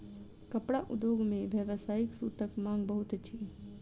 कपड़ा उद्योग मे व्यावसायिक सूतक मांग बहुत अछि